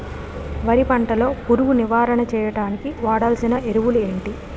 వరి పంట లో పురుగు నివారణ చేయడానికి వాడాల్సిన ఎరువులు ఏంటి?